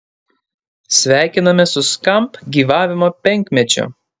sveikiname su skamp gyvavimo penkmečiu